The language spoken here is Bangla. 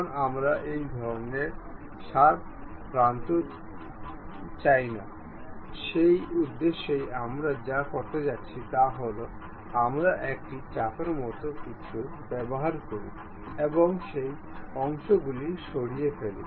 এখন আমরা এই ধরনের শার্প প্রান্ত চাই না সেই উদ্দেশ্যে আমরা যা করতে যাচ্ছি তা হল আমরা একটি চাপের মতো কিছু ব্যবহার করি এবং সেই অংশগুলি সরিয়ে ফেলি